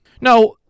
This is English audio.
Now